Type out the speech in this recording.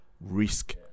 risk